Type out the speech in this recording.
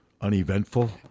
Uneventful